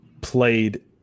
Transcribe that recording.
played